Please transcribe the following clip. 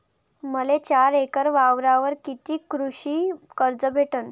मले चार एकर वावरावर कितीक कृषी कर्ज भेटन?